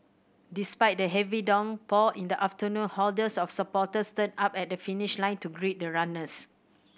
despite the heavy downpour in the afternoon hordes of supporters turned up at the finish line to greet the runners